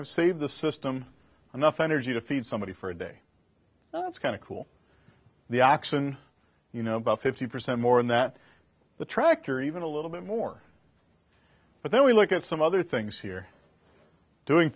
i've saved the system enough energy to feed somebody for a day that's kind of cool the oxen you know about fifty percent more in that the tractor even a little bit more but then we look at some other things here doing